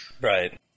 right